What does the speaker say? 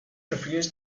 refused